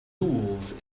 rules